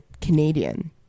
canadian